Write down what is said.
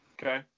Okay